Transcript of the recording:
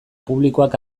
publikoak